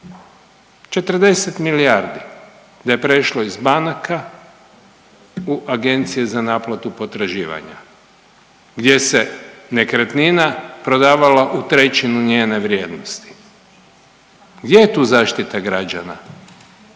40 milijardi da je prešlo iz banaka u agencije za naplatu potraživanja gdje se nekretnina prodavala u trećinu njene vrijednosti. Gdje je tu zaštita građana